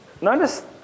notice